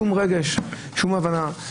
שום רגש, שום הבנה,